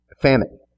Famine